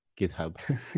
github